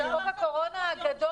הממשלה?